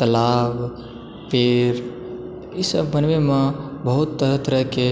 तलाब पेड़ ईसभ बनबयमे बहुत तरह तरह के